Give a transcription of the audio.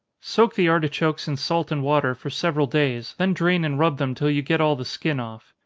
soak the artichokes in salt and water, for several days, then drain and rub them till you get all the skin off.